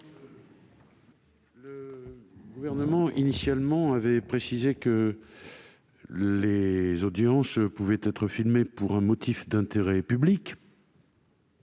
Le Gouvernement avait initialement précisé que les audiences pouvaient être filmées pour un « motif d'intérêt public